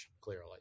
clearly